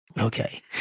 Okay